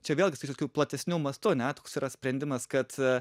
čia vėlgi sakys tokiu platesniu mastu ne toks yra sprendimas kad